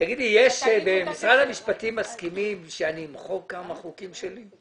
משרד המשפטים מסכים שאני אמחק כמה חוקים שלי?